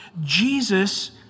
Jesus